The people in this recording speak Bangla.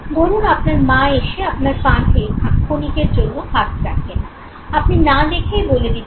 ধরুন আপনার মা এসে আপনার কাঁধে ক্ষণিকের জন্য হাত রাখেন আপনি না দেখেই বলে দিতে পারবেন যে মায়ের স্পর্শ এটি